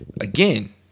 again